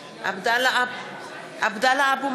(קוראת בשמות חברי הכנסת) עבדאללה אבו מערוף,